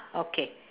okay